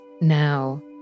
now